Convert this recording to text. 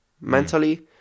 mentally